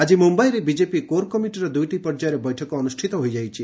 ଆଜି ମୁମ୍ବାଇରେ BJP core କମିଟିର ଦୁଇଟି ପର୍ଯ୍ୟାୟରେ ବୈଠକ ଅନ୍ତ୍ରଷ୍ଠିତ ହୋଇଯାଇଛି